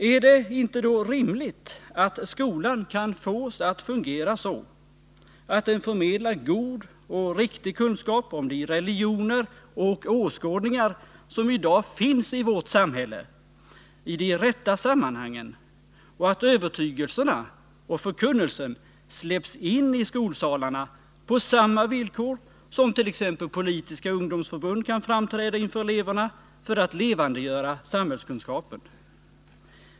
Ärdet inte då rimligt att skolan kan fås att fungera så att den förmedlar god och riktig kunskap om de religioner och åskådningar som i dag finns i vårt samhälle i de rätta sammanhangen och att övertygelserna och förkunnelsen släpps in i skolsalarna på samma villkor som t.ex. politiska ungdomsförbund kan framträda inför eleverna för att levandegöra samhällskunskapen?